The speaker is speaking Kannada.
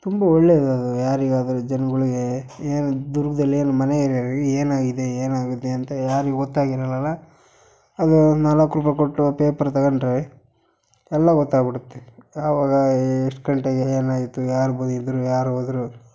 ತುಂಬ ಒಳ್ಳೆಯದದು ಯಾರಿಗಾದರೂ ಜನ್ಗಳಿಗೆ ಏನು ದುರ್ಗದಲ್ಲಿ ಏನು ಮನೆ ಏನಾಗಿದೆ ಏನಾಗಿದೆ ಅಂತ ಯಾರಿಗೂ ಗೊತ್ತಾಗಿರ್ಲ ಅಲ್ವಾ ಅದು ನಾಲ್ಕು ರೂಪಾಯಿ ಕೊಟ್ಟು ಪೇಪರ್ ತಗೊಂಡ್ರೆ ಎಲ್ಲ ಗೊತ್ತಾಗ್ಬಿಡುತ್ತೆ ಯಾವಾಗ ಎಷ್ಟು ಗಂಟೆಗೆ ಏನಾಯ್ತು ಯಾರು ಬಂದಿದ್ದರು ಯಾರು ಹೋದ್ರು